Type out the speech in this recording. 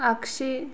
आगसि